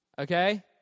okay